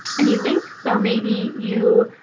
any links. so maybe you